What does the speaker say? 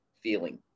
feeling